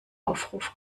aufruf